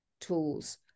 tools